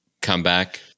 comeback